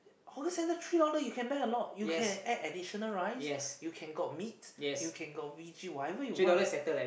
hawker center three dollar you can buy a lot you can add additional rice you can got meat you can got veggie whatever you want